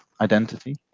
identity